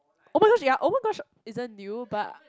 oh-my-gosh ya oh-my-gosh isn't new but